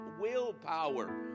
Willpower